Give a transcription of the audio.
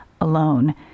alone